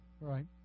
right